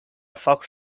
foc